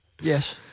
Yes